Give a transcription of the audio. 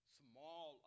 small